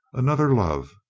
another love.